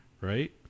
Right